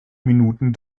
minuten